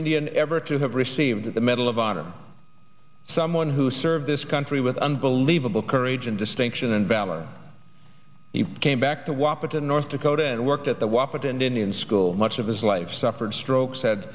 indian ever to have received the medal of honor someone who served this country with unbelievable courage and distinction and valor he came back to waapa to north dakota and worked at the wahpeton indian school much of his life suffered stroke